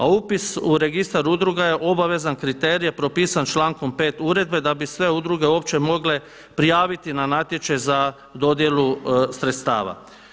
A upis u registar udruga je obavezan kriterij propisan člankom 5. uredbe da bi sve udruge uopće mogle prijaviti na natječaj za dodjelu sredstava.